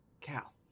Cal